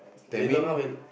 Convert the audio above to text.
that mean